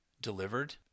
delivered